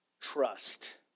trust